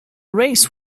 race